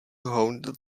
haunt